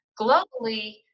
Globally